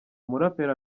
umuraperi